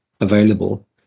available